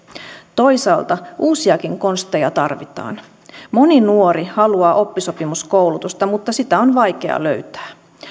toisaalta uusiakin konsteja tarvitaan moni nuori haluaa oppisopimuskoulutusta mutta sitä on vaikea löytää